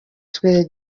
twe